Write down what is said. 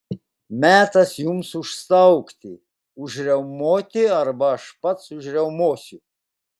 metas jums užstaugti užriaumoti arba aš pats užriaumosiu